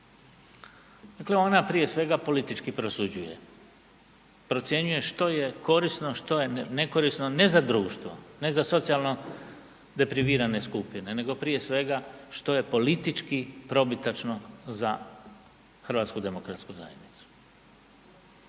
ona prije svega politički prosuđuje, procjenjuje što je korisno, što je nekorisno, ne za društvo, ne za socijalno deprivirane skupine, nego prije svega što je politički probitačno za HDZ. U današnjem